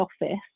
office